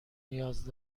نیاز